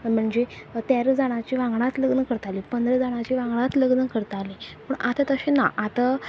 म्हणजे तेरा जाणांची वांगडाच लग्न करतालीं पंदरा जाणांची वांगडाच लग्न करतालीं पूण आतां तशें ना आतां